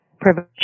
privilege